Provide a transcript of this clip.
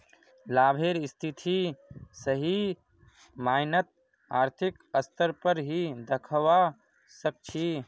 लाभेर स्थिति सही मायनत आर्थिक स्तर पर ही दखवा सक छी